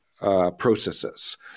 processes